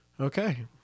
Okay